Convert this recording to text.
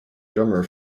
drummer